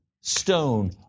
stone